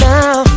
now